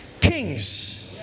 kings